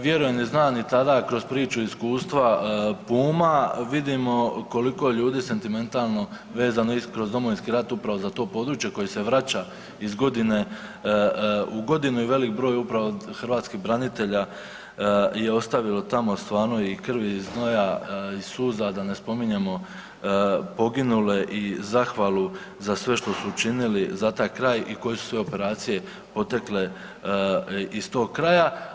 Vjerujem i znam i tada kroz priču, iskustva Puma vidimo koliko je ljudi sentimentalno vezano kroz Domovinski rat upravo za to područje koje se vraća iz godine u godinu i velik broj upravo hrvatskih branitelja je ostavilo tamo stvarno i krvi i znoja i suza, da ne spominjemo poginule i zahvalu za sve što su učinili za taj kraj i koje su sve operacije potekle iz tog kraja.